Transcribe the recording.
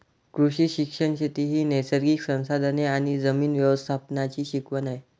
कृषी शिक्षण शेती ही नैसर्गिक संसाधने आणि जमीन व्यवस्थापनाची शिकवण आहे